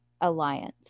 alliance